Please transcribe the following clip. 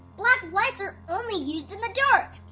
black lights are only used in the dark.